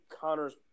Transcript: Connor's